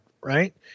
right